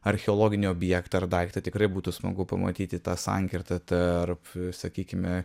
archeologinį objektą ar daiktą tikrai būtų smagu pamatyti tą sankirtą tarp sakykime